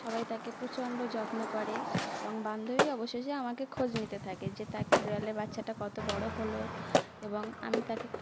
সবাই তাকে প্রচণ্ড যত্ন করে এবং বান্ধবী অবশেই আমাকে খোঁজ নিতে থাকে যে তা বেড়ালে বাচ্চাটা কত বড়ো হলো এবং আমি তাকে